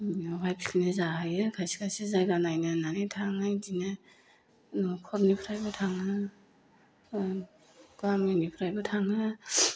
बेयावहाय पिकनिक जाहैयो खायसे खायसे जायगा नायनो होननानै थाङो इदिनो न'खरनिफ्रायबो थाङो ओ गामिनिफ्रायबो थाङो